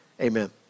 Amen